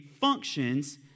functions